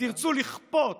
ותרצו לכפות